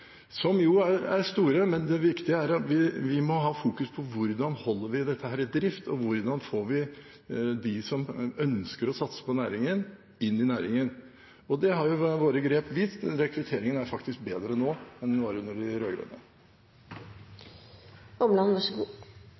som jo er store, men det viktige er at vi må ha fokus på hvordan vi holder dette i drift, og hvordan vi får dem som ønsker å satse på næringen, inn i næringen. Og våre grep har vist seg at rekrutteringen er bedre nå enn den var under de